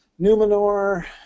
Numenor